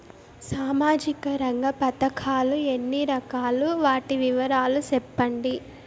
సామాజిక రంగ పథకాలు ఎన్ని రకాలు? వాటి వివరాలు సెప్పండి